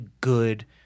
good